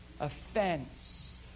offense